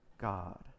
God